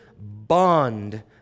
bond